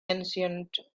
ancient